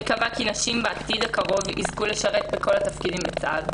אני מקווה כי נשים בעתיד הקרוב יזכו לשרת בכל התפקידים בצה"ל.